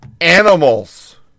animals